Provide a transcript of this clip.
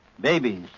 Babies